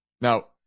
Now